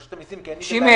רשות המיסים כי אני --- לבנק.